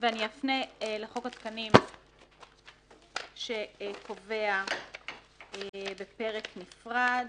אפנה לחוק התקנים שקובע בפרק נפרד